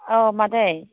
औ मादै